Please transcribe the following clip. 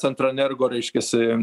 centroenergo reiškiasi